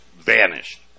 vanished